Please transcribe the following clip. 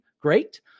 Great